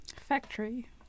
Factory